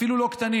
אפילו לא קטנים,